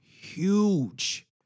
huge